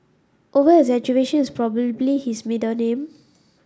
over exaggeration is probably his middle name